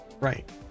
Right